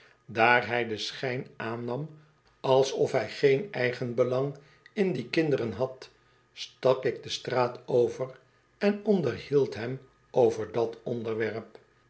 daar hij den schijn aannam alsof hij geen eigenaarsbelang in die kinderen had stak ik de straat over en onderhield hem over dat onderwerp